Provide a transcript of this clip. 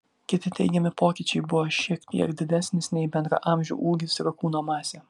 kiti teigiami pokyčiai buvo šiek tiek didesnis nei bendraamžių ūgis ir kūno masė